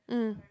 mm